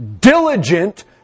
diligent